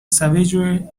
savagery